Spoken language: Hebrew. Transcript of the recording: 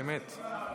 אמת.